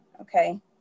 Okay